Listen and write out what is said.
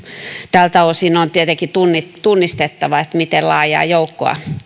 tältä osin on tietenkin tunnistettava miten laajaa joukkoa